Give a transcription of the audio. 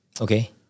Okay